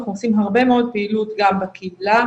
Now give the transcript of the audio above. אנחנו עושים הרבה פעילות גם בקהילה,